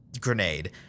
grenade